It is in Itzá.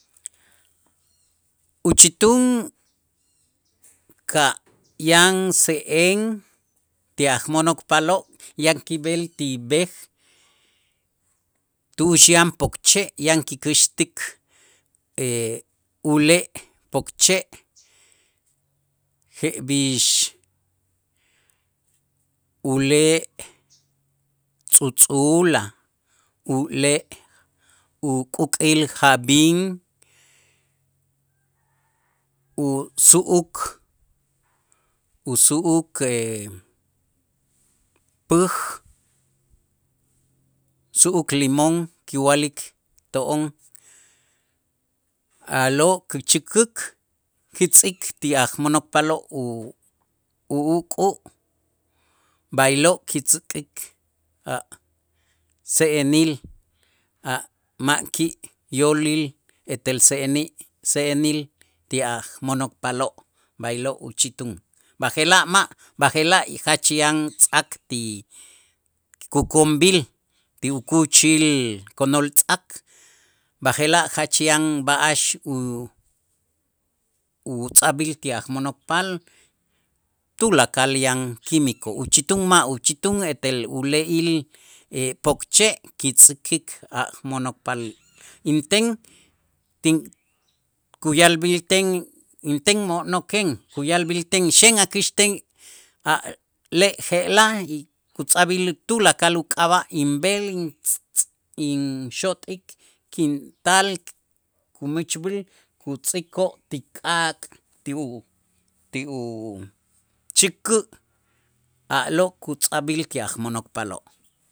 Uchitun ka' yan se'en ti ajmo'nokpaaloo' ya' kib'el ti b'ej tu'ux yan pokche' yan kikäxtik ule' pokche' jeb'ix ule' tzutzula, ule' ukuk'il jab'in, usu'uk usu'uk päj, su'uk limón kiwa'lik to'on a'lo' kuchäkäk kitz'ik ti ajmo'nokpaaloo' u- uk'u' b'aylo' kitzäkik a' se'enil a' ma' ki' yoolil etel se'eni' se'enil ti ajmo'nokpaaloo', b'aylo' uchitun, b'aje'laj ma' ba'je'laj jach yan tz'ak ti kokonb'il ti ukuuchil konol tz'ak b'aje'laj jach yan b'a'ax utz'ajb'il ti ajmo'nokpaal tulakal yan quimico, uchitun ma' uchitun etel ule'il pokche' kitzäjik a' mo'nokpaal, inten tin kuya'lb'älten inten mo'noken, kuya'lb'älten xen akäxten a' le' je'la' y kutz'ajb'il tulakal uk'ab'a' inb'el in inxot'ik kintal umächb'äl kutz'ikoo' ti k'aak' ti u ti uchäkä' a'lo' kutz'ajb'il ti ajmo'nokpaaloo'.